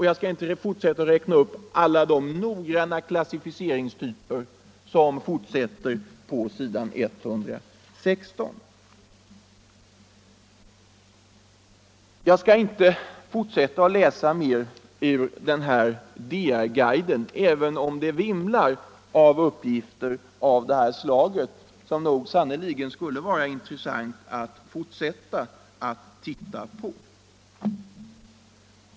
— Jag skall inte fortsätta att räkna upp alla de noggranna klassificeringstyper som fortsätter på s. 116. Jag skall inte läsa mer ur den här DR-guiden, även om det där vimlar av uppgifter av det här slaget, som det sannerligen skulle vara intressant att fortsätta att titta på.